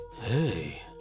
Hey